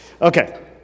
Okay